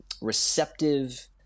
receptive